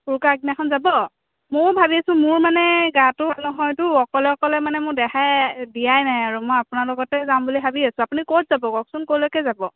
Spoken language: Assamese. উৰুকাৰ আগদিনাখন যাব ময়ো ভাবিছোঁ মোৰ মানে গাটো ভাল নহয়তো অকলে অকলে মানে মোৰ দেহাই দিয়াই নাই আৰু মই আপোনাৰ লগতে যাম বুলি ভাবি আছোঁ আপুনি ক'ত যাব কওকচোন ক'লৈকে যাব